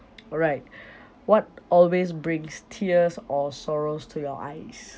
alright what always brings tears or sorrows to your eyes